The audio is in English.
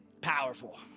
powerful